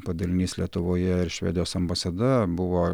padalinys lietuvoje ir švedijos ambasada buvo